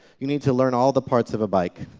you need to learn all the parts of a bike.